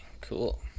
cool